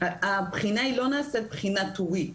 הבחינה לא נעשית כבחינה טורית.